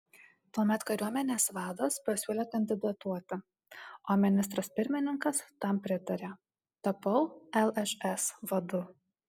tuomet kariuomenės vadas pasiūlė kandidatuoti o ministras pirmininkas tam pritarė tapau lšs vadu